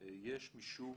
יש משום,